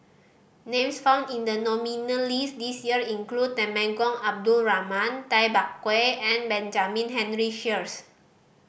names found in the nominee list this year include Temenggong Abdul Rahman Tay Bak Koi and Benjamin Henry Sheares